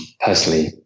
personally